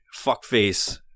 fuckface